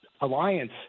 alliance